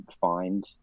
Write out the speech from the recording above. find